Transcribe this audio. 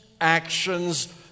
actions